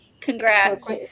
Congrats